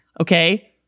okay